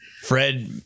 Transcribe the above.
Fred